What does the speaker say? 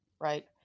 right